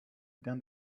than